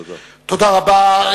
תודה רבה.